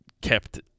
kept